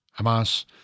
Hamas